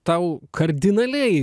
tau kardinaliai